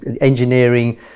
engineering